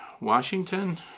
Washington